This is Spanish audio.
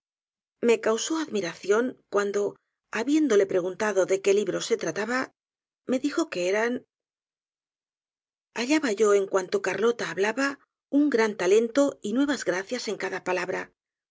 me causó admiración cuando habiéndole preguntado de qué libros se trataba me dijo que eran hallaba yo en cuanto carlota hablaba un gran talento y nuevas gracias en cada palabra